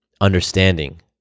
Understanding